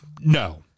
no